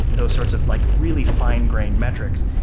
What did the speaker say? those sorts of like really find-grained metrics,